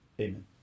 Amen